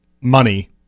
money